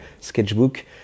sketchbook